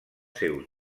seus